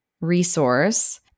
resource